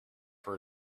for